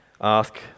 ask